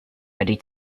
ready